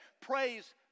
praise